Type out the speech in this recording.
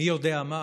מי יודע מה,